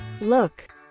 Look